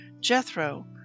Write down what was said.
Jethro